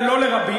לא לרבים,